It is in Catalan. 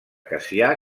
cassià